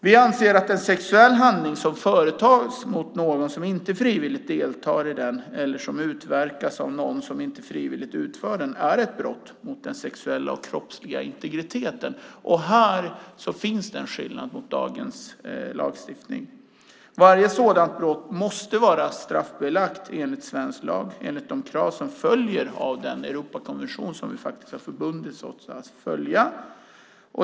Vi anser att en sexuell handling som företas mot någon som inte frivilligt deltar i den eller som utverkas av någon som inte frivilligt utför den är ett brott mot den sexuella och kroppsliga integriteten. Här finns en skillnad mot dagens lagstiftning. Varje sådant brott måste vara straffbelagt enligt svensk lag och enligt de krav som följer av den Europakonvention som vi har förbundit oss att följa.